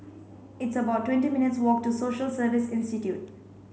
it's about twenty minutes' walk to Social Service Institute